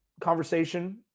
conversation